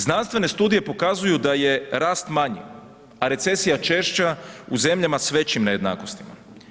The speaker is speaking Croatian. Znanstvene studije pokazuju da je rast manji, a recesija češća u zemljama s većim nejednakostima.